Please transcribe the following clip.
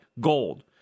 gold